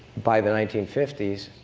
by the nineteen fifty s,